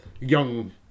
young